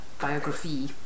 biography